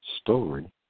story